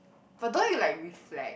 but don't you like reflect